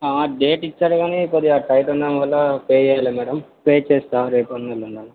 date ఇచ్చారు కానీ కొద్దిగా టయిట్ ఉండడం వల్ల పే చేయలేదు మేడం పే చేస్తాను రేపు అన్నా ఎల్లుండి అన్నా